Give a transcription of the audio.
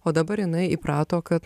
o dabar jinai įprato kad